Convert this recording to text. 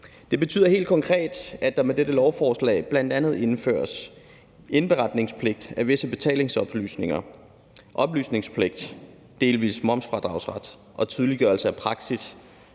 Det betyder helt konkret, at der med dette lovforslag bl.a. indføres indberetningspligt af visse betalingsoplysninger, oplysningspligt, delvis momsfradragsret og tydeliggørelse af praksis